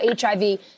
HIV